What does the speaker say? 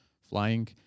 flying